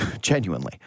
genuinely